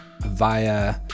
via